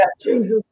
Jesus